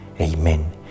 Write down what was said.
Amen